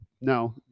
no